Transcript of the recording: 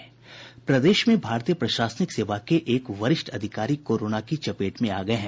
प्रदेश में भारतीय प्रशासनिक सेवा के एक वरिष्ठ अधिकारी कोरोना की चपेट में आ गये हैं